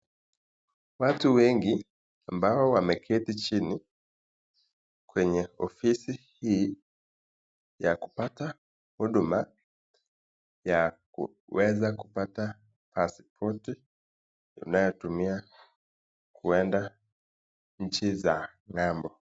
Watu wengi ambao wameketi chini kwenye ofisi hii ya kupata huduma ya kuweza kupata pasipoti unayotumia kwenda nchi za ng'ambo.